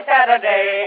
Saturday